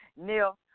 Neil